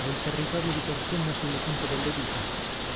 ho il territorio di corsenna sulla punta delle dita